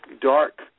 dark